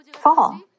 fall